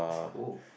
it's cool